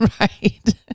right